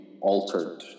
altered